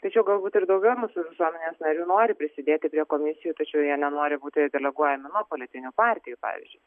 tačiau galbūt ir daugiau mūsų visuomenės narių nori prisidėti prie komisijų tačiau jie nenori būti deleguojami nuo politinių partijų pavyzdžiui